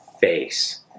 face